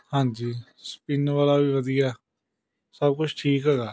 ਹਾਂਜੀ ਸਪਿੰਨ ਵਾਲਾ ਵੀ ਵਧੀਆ ਸਭ ਕੁਛ ਠੀਕ ਹੈਗਾ